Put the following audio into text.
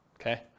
Okay